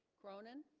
cronin